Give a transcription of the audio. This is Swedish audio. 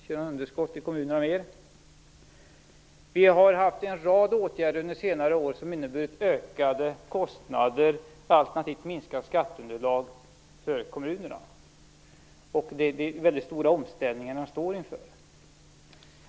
Man skall inte längre se några underskott i kommunerna. En rad åtgärder på senare år har inneburit ökade kostnader trots ett minskat skatteunderlag för kommunerna. Man står inför väldigt stora omställningar.